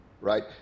right